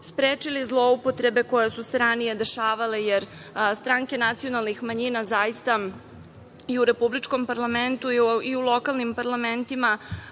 sprečili zloupotrebe koje su se ranije dešavale, jer stranke nacionalnih manjina zaista i u republičkom parlamentu i lokalnim parlamentima